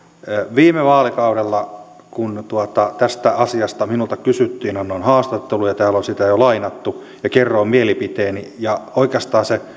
viime vaalikaudella kun tästä asiasta minulta kysyttiin annoin haastatteluja täällä on niitä jo lainattu ja kerroin mielipiteeni ja oikeastaan se